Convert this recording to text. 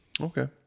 Okay